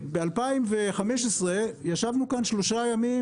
ב-2015 ישבנו כאן שלושה ימים,